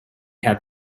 have